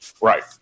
right